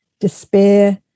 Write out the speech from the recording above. despair